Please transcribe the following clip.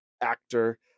actor